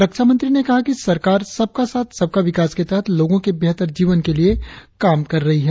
रक्षा मंत्री ने कहा कि सरकार सबका साथ सबका विकास के तहत लोगों के बेहतर जीवन के लिए काम कर रही है